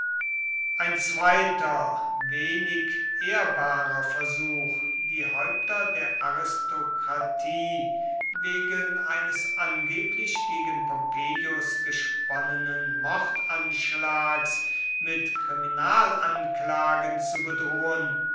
ein zweiter wenig ehrbarer versuch die häupter der aristokratie wegen eines angeblich gegen pompeius gesponnenen mordanschlags mit kriminalanklagen zu bedrohen